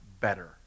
better